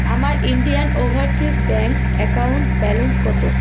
আমার Indian Overseas Bank account balance কত